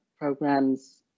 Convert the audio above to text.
programs